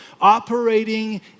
operating